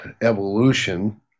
evolution